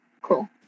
cool